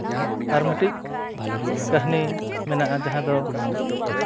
ᱟᱨ ᱢᱤᱫᱴᱤᱱ ᱠᱟᱹᱦᱱᱤ ᱢᱮᱱᱟᱜᱼᱟ ᱡᱟᱦᱟᱸ ᱫᱚ